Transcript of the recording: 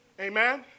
Amen